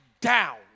down